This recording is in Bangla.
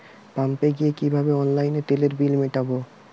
পাম্পে গিয়ে কিভাবে অনলাইনে তেলের বিল মিটাব?